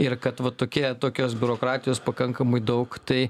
ir kad va tokie tokios biurokratijos pakankamai daug tai